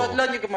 זה עוד לא נגמר.